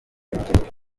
ibidukikije